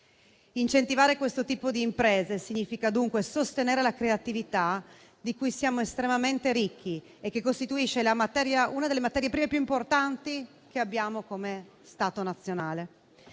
Incentivare questo tipo di imprese significa dunque sostenere la creatività, di cui siamo estremamente ricchi e che costituisce una delle materie prime più importanti che abbiamo come Stato nazionale.